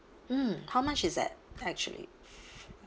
mm how much is that actually